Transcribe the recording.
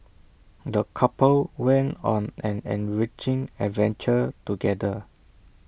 the couple went on an enriching adventure together